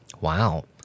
Wow